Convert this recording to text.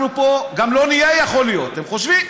אנחנו פה גם לא נהיה, יכול להיות, הם חושבים.